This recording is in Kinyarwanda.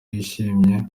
yishimiye